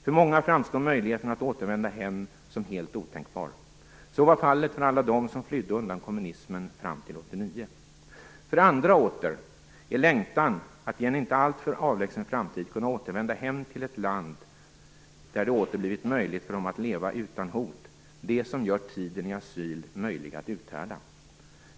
För många framstår möjligheten att återvända hem som helt otänkbar. Så var fallet för alla dem som fram till 1989 flydde undan kommunismen. För andra åter är längtan efter att i en inte alltför avlägsen framtid kunna återvända till ett land, där det åter blivit möjligt för dem att leva utan hot, det som gör tiden i asyl möjlig att uthärda.